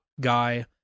guy